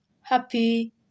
Happy